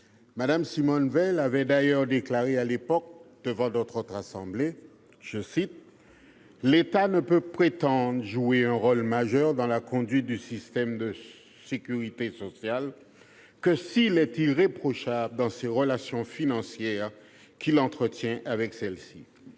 Mme Simone Veil avait d'ailleurs déclaré à l'époque devant notre Haute Assemblée :« L'État ne peut prétendre jouer un rôle majeur dans la conduite du système de sécurité sociale que s'il est irréprochable dans les relations financières qu'il entretient avec celle-ci.